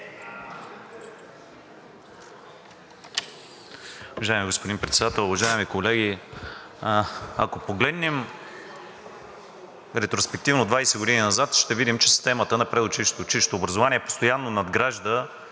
Господин Председател, уважаеми колеги! Ако погледнем ретроспективно 20 години назад, ще видим, че системата на предучилищното и училищното образование постоянно надгражда